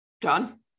done